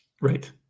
Right